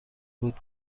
بود